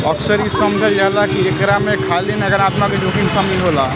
अक्सर इ समझल जाला की एकरा में खाली नकारात्मक जोखिम शामिल होला